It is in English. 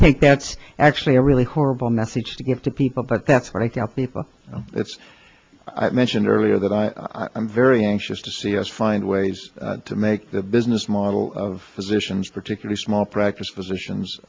think that's actually a really horrible message to give to people but that's what i tell people it's i mentioned earlier that i i'm very anxious to see us find ways to make the business model of physicians particularly small practice physicians